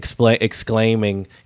exclaiming